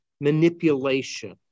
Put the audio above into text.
manipulation